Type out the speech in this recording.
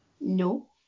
No